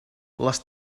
les